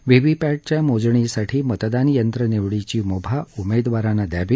व्हीहीपॅटच्या मोजणीसाठी मतदान यंत्र निवडीची मुभा उमेदवारांना द्यावी